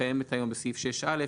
היא קיימת היום בסעיף 6(א),